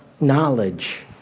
knowledge